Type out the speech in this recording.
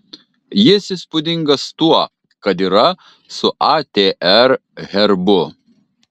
jis įspūdingas tuo kad yra su atr herbu